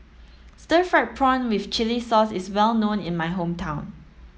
stir fried prawn with chili sauce is well known in my hometown